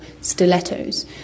stilettos